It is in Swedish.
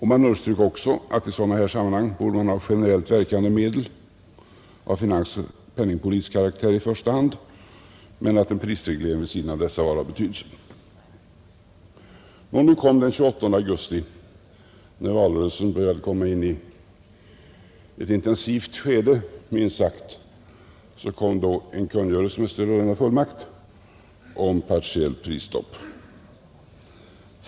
Man underströk också att man i sådana här sammanhang i första hand borde tillgripa generellt verkande medel av finansoch penningpolitisk karaktär men att prisreglering vid sidan av dessa var av betydelse. Den 28 augusti, när valrörelsen började komma in i ett minst sagt intensivt skede, kom då med stöd av denna fullmakt en kungörelse om partiellt prisstopp.